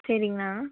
சரிங்கண்ணா